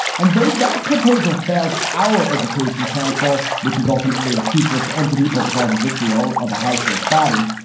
and though that proposal failed our education council, which is ultimately a toothless entity. but with all the vitriol of a high stakes body,